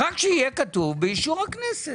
רק שיהיה כתוב באישור הכנסת.